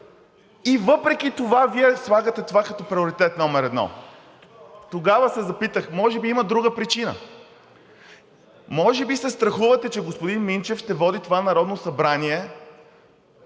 И въпреки това Вие слагате това като приоритет номер едно. Тогава се запитах – може би има друга причина? Може би се страхувате, че господин Минчев ще води това Народно събрание